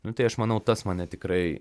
nu tai aš manau tas mane tikrai